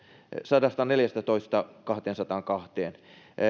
sadastaneljästätoista kahteensataankahteen